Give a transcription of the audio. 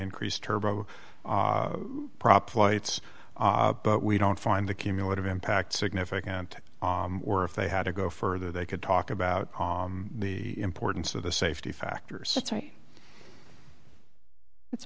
increased turbo prop flights but we don't find the cumulative impact significant or if they had to go further they could talk about the importance of the safety factors that's